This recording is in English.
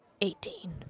Eighteen